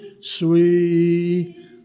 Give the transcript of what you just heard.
sweet